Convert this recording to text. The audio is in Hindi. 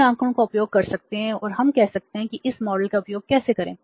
उन आंकड़ों का उपयोग कर सकते हैं और हम कह सकते हैं कि इस मॉडल का उपयोग कैसे करें